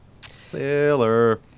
Sailor